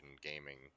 gaming